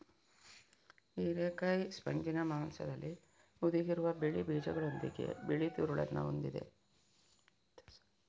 ಹಿರೇಕಾಯಿ ಸ್ಪಂಜಿನ ಮಾಂಸದಲ್ಲಿ ಹುದುಗಿರುವ ಬಿಳಿ ಬೀಜಗಳೊಂದಿಗೆ ಬಿಳಿ ತಿರುಳನ್ನ ಹೊಂದಿದೆ